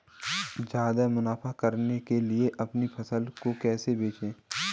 ज्यादा मुनाफा कमाने के लिए अपनी फसल को कैसे बेचें?